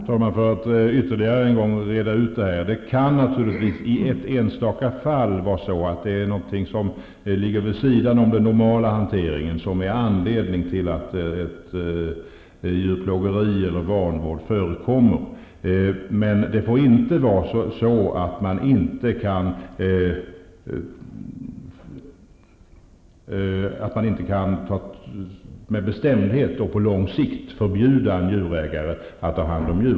Fru talman! För att ytterligare en gång reda ut detta: Det kan naturligtvis i ett enstaka fall vara någonting som ligger vid sidan om den normala hanteringen som är anledningen till att djurplågeri och vanvård förekommer. Men det får inte vara så att man inte med bestämdhet och på lång sikt kan förbjuda djurägare att ha hand om djur.